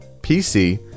PC